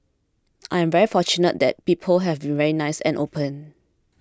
I am very fortunate that people have been very nice and open